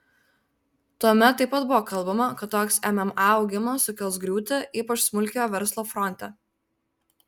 tuomet taip pat buvo kalbama kad toks mma augimas sukels griūtį ypač smulkiojo verslo fronte